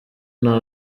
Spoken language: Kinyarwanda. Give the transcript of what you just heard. nta